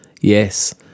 Yes